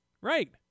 Right